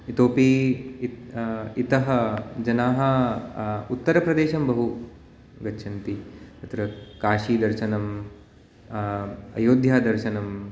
इतोपि इत् इतः जनाः उत्तरप्रदेशं बहु गच्छन्ति तत्र काशीदर्शनं अयोध्यादर्शनं